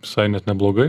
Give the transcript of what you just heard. visai net neblogai